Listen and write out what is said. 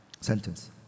Sentence